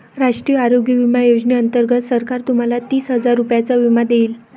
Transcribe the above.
राष्ट्रीय आरोग्य विमा योजनेअंतर्गत सरकार तुम्हाला तीस हजार रुपयांचा विमा देईल